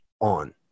on